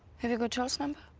have you got joel's um